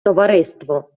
товариство